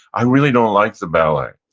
i really don't like the ballet.